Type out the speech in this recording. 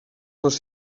les